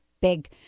Big